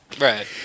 right